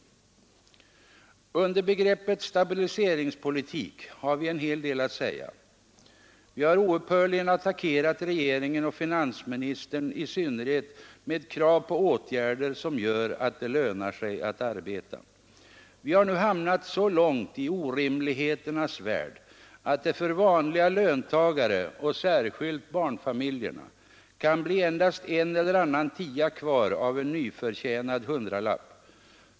I fråga om begreppet stabiliseringspolitik har vi en hel del att säga. Vi har oupphörligen attackerat regeringen — och finansministern i synnerhet — med krav på åtgärder som gör att ”det lönar sig att arbeta”. Vi har nu hamnat så långt bort i orimligheternas värld att det för vanliga löntagare — och särskilt för barnfamiljerna — kan bli endast en eller annan tia kvar av en nyförtjänad hundralapp.